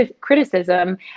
criticism